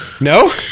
No